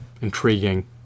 intriguing